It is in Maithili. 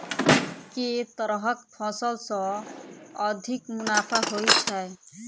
केँ तरहक फसल सऽ अधिक मुनाफा होइ छै?